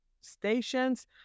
stations